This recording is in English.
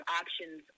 options